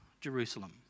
Jerusalem